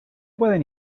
pueden